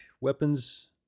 weapons